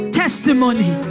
testimony